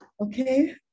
Okay